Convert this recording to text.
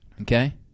Okay